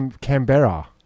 Canberra